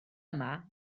yma